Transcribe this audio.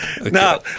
No